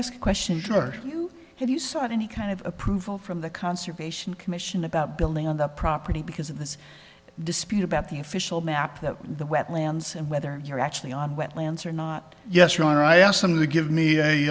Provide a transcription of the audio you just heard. ask questions sure you have you sought any kind of approval from the conservation commission about building on the property because of this dispute about the official map that the wetlands and whether you're actually on wetlands or not yes your honor i asked them to give me